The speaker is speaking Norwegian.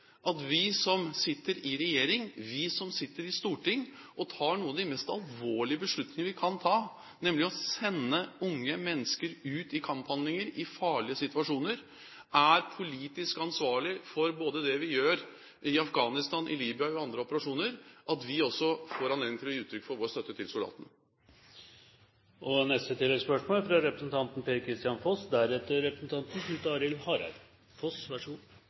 at vi som sitter i regjeringen, og vi som sitter i Stortinget, og tar noen av de mest alvorlige beslutningene vi kan ta, nemlig om å sende unge mennesker ut i kamphandlinger, i farlige situasjoner, er politisk ansvarlig for det vi gjør i Afghanistan, i Libya og i andre operasjoner, og at vi også får anledning til å gi uttrykk for vår støtte til soldatene.